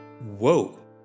Whoa